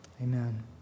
Amen